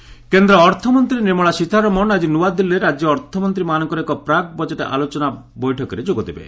FM pre budget କେନ୍ଦ୍ର ଅର୍ଥମନ୍ତ୍ରୀ ର୍ନିମଳା ସୀତାରମଣ ଆଜି ନୂଆଦିଲ୍ଲୀରେ ରାଜ୍ୟ ଅର୍ଥମନ୍ତ୍ରୀମାନଙ୍କର ଏକ ପ୍ରାକ୍ ବଜେଟ୍ ଆଲୋଚନା ବୈଠକରେ ଯୋଗଦେବେ